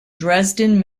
dresden